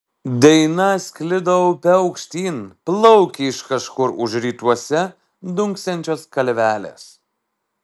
daina sklido upe aukštyn plaukė iš kažkur už rytuose dunksančios kalvelės